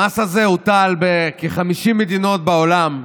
המס הזה הוטל בכחמישים מדיניות בעולם,